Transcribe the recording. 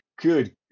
Good